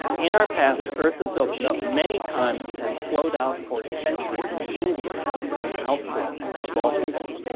in our past, earth has opened up many times and flowed out for centuries. india is an outflow of volcanism.